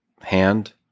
hand